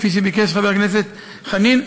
כפי שביקש חבר הכנסת דב חנין.